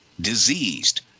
diseased